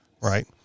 right